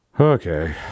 Okay